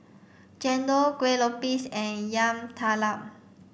Chendol Kueh Lopes and Yam Talam